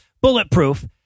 bulletproof